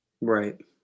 Right